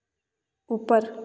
ऊपर